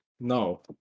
No